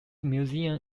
museum